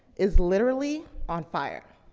is literally on fire?